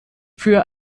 für